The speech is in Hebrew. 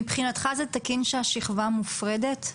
מבחינתך זה תקין שהשכבה מופרדת?